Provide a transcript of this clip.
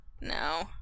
No